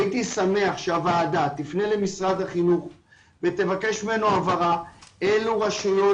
הייתי שמח שהוועדה תפנה למשרד החינוך ותבקש ממנו הבהרה אילו רשויות